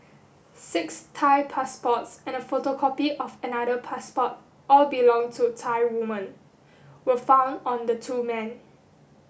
six Thai passports and a photocopy of another passport all belong to Thai women were found on the two men